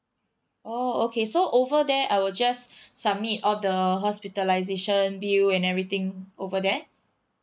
oh okay so over there I will just submit all the hospitalisation bill and everything over there